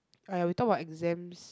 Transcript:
!aiya! we talk about exams